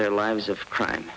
their lives of crime